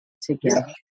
together